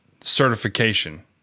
certification